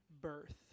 birth